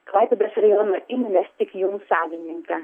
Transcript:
klaipėdos rajono įmonės tik jum savininką